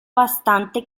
bastante